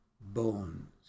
bones